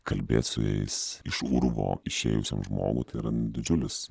kalbėt su jais iš urvo išėjusiam žmogui yra didžiulis